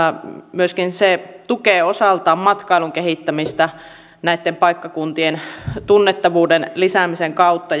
myöskin se tukee osaltaan matkailun kehittämistä näitten paikkakuntien tunnettavuuden lisäämisen kautta